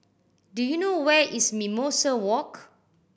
do you know where is Mimosa Walk